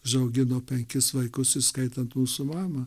užaugino penkis vaikus įskaitant mūsų mamą